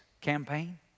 campaign